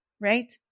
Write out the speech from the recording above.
Right